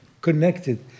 connected